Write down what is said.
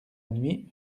nuit